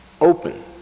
open